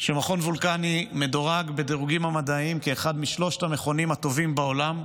שמכון וולקני מדורג בדירוגים המדעיים כאחד משלושת המכונים הטובים בעולם.